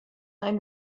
ein